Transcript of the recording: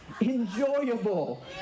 enjoyable